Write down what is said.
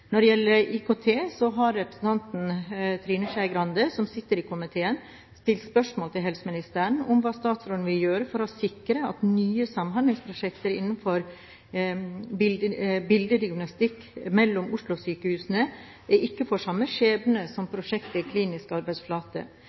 Når det gjelder IKT, har representanten Trine Skei Grande, som sitter i komiteen, stilt spørsmål til helseministeren om hva statsråden vil gjøre for å sikre at nye samhandlingsprosjekter innenfor bildediagnostikk mellom Oslo-sykehusene ikke får samme skjebne som prosjektet Klinisk arbeidsflate.